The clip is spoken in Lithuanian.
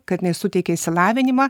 kad jinai suteikė išsilavinimą